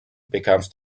becomes